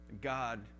God